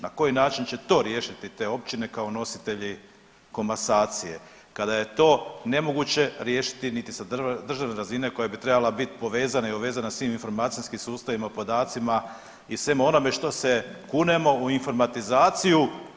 Na koji način će to riješiti te općine kao nositelji komasacije, kada je to nemoguće riješiti niti sa državne razine koja bi trebala biti povezana i uvezana svim informacijskim sustavima, podacima i svemu onome što se kunemo u informatizaciju.